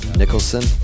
nicholson